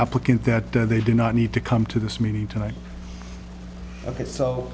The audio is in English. applicant that they do not need to come to this meeting tonight